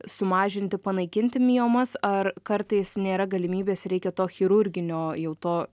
sumažinti panaikinti miomas ar kartais nėra galimybės reikia to chirurginio jau to